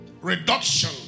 reduction